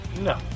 No